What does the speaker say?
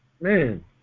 Man